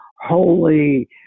holy